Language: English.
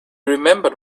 remembered